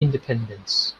independence